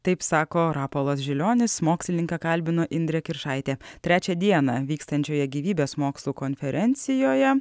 taip sako rapolas žilionis mokslininką kalbino indrė kiršaitė trečią dieną vykstančioje gyvybės mokslų konferencijoje